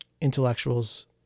intellectuals